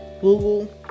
Google